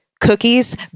cookies